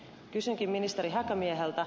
kysynkin ministeri häkämieheltä